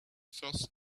first